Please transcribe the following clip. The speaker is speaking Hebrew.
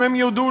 אם הם יודו,